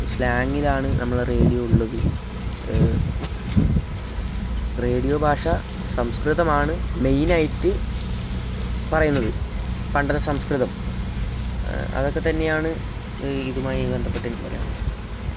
സ്ലാങ്ങിലാണ് നമ്മള് റേഡിയോ ഉള്ളത് റേഡിയോ ഭാഷ സംസ്കൃതമാണ് മെയിനായിട്ടു പറയുന്നത് പണ്ടത്തെ സംസ്കൃതം അതൊക്കെത്തന്നെയാണ് ഈ ഇതുമായി ബന്ധപ്പെട്ട് എനിക്ക് പറയാനുള്ളത്